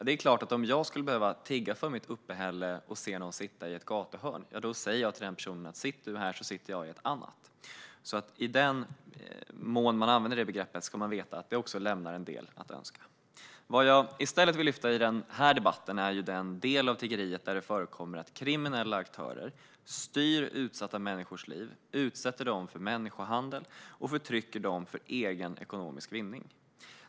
Det är klart att om jag ska skulle behöva tigga för mitt uppehälle och se någon sitta i ett gathörn skulle jag säga: Sitt du här så sitter jag i ett annat. I den mån man använder begreppet organiserat tiggeri ska man alltså veta att det lämnar en del att önska. Vad jag i stället vill lyfta fram i den här debatten är den del av tiggeriet där det förekommer att kriminella aktörer styr utsatta människors liv, utsätter dem för människohandel och förtrycker dem för egen ekonomisk vinning.